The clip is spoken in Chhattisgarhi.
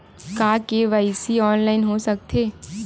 का के.वाई.सी ऑनलाइन हो सकथे?